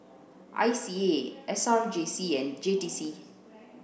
I C A S R J C and J T C